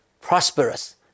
prosperous